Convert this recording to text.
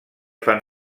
fan